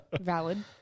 valid